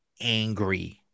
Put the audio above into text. angry